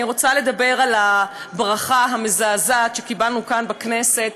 אני רוצה לדבר על הברכה המזעזעת שקיבלנו כאן בכנסת